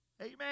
amen